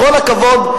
בכל הכבוד,